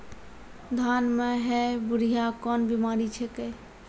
धान म है बुढ़िया कोन बिमारी छेकै?